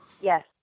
Yes